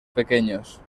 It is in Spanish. pequeños